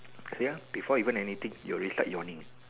ya before even anything you already start yawning